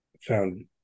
found